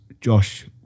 Josh